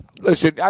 Listen